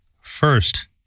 First